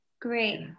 great